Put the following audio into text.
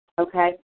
okay